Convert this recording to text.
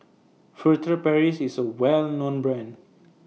Furtere Paris IS A Well known Brand